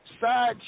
side